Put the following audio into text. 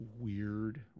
weird